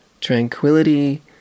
tranquility